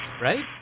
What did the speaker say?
right